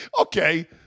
Okay